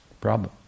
Problem